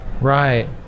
Right